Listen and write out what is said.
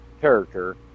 character